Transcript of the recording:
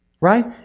right